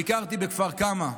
ביקרתי בכפר כמא,